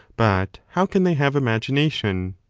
but how can they have imagination?